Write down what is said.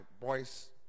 boys